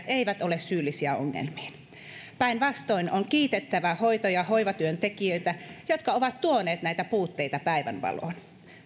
eivät ole syyllisiä ongelmiin päinvastoin on kiitettävä hoito ja hoivatyön tekijöitä jotka ovat tuoneet näitä puutteita päivänvaloon